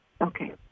okay